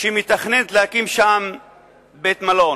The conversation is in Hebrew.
שמתכננת להקים שם בית-מלון.